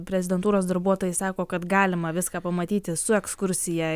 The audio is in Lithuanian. prezidentūros darbuotojai sako kad galima viską pamatyti su ekskursija